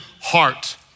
heart